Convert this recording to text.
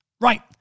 Right